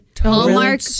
Hallmark